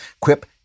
Quip